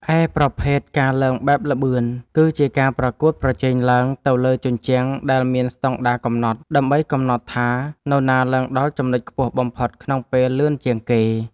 ឯប្រភេទ ការឡើងបែបល្បឿន គឺជាការប្រកួតប្រជែងឡើងទៅលើជញ្ជាំងដែលមានស្តង់ដារកំណត់ ដើម្បីកំណត់ថានរណាឡើងដល់ចំណុចខ្ពស់បំផុតក្នុងពេលលឿនជាងគេ។